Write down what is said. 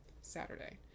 Saturday